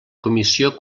comissió